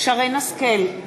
שרן השכל,